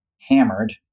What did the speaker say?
hammered